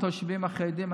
לתושבים החרדים,